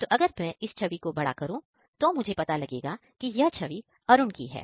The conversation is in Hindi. तो अगर मैं इस छवि को बड़ा करूं तो मैं पता लगा सकता हूं कि वह अरुण है